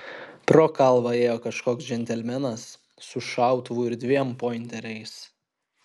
pro kalvą ėjo kažkoks džentelmenas su šautuvu ir dviem pointeriais